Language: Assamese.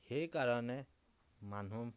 সেইকাৰণে মানুহ